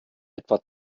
etwa